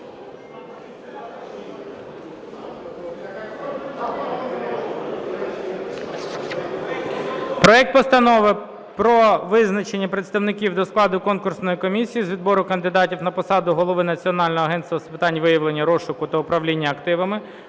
проект Постанови про визначення представників до складу конкурсної комісії з відбору кандидата на посаду Голови Національного агентства з питань виявлення, розшуку та управління активами,